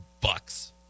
Bucks